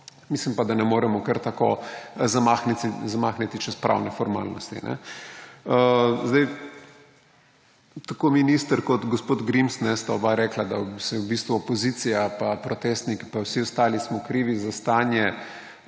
mislim pa, da ne moremo kar tako zamahniti čez pravne formalnosti. Tako minister kot gospod Grims sta oba rekla, da smo v bistvu opozicija pa protestniki pa vsi ostali krivi za stanje,